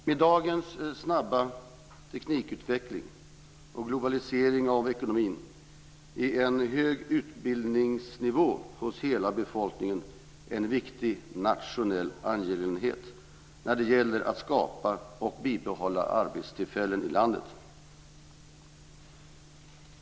Med dagens snabba teknikutveckling och globalisering av ekonomin är en hög utbildningsnivå hos hela befolkningen en viktig nationell angelägenhet när det gäller att skapa och bibehålla arbetstillfällen i landet.